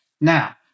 Now